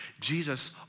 Jesus